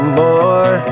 more